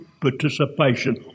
participation